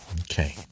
Okay